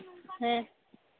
ᱦᱮᱸ